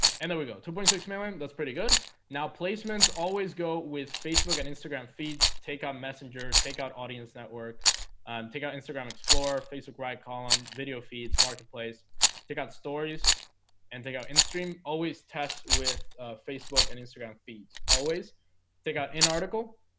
and there we go two point six million that's pretty good now placements always go with facebook and instagram feeds takeout um messenger takeout audience network take out instagram explore facebook right column video feeds marketplace take out stories and take out in-stream always test with facebook and instagram feeds always take out in article